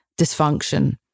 dysfunction